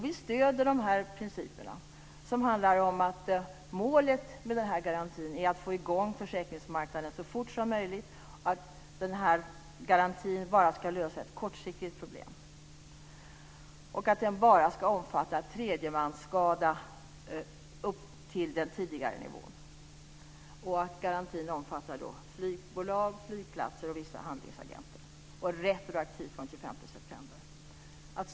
Vi stöder principerna att målet med garantin är att få i gång försäkringsmarknaden så fort som möjligt, att garantin ska lösa problemet kortsiktigt. Garantin ska omfatta skada på tredje man upp till den tidigare nivån. Garantin omfattar flygbolag, flygplatser och vissa handlingagenter retroaktivt från den 25 september.